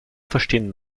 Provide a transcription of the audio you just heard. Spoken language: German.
verstehen